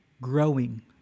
growing